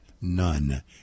None